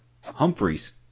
Humphreys